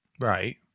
Right